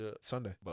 Sunday